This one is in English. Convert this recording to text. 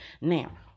Now